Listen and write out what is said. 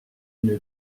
une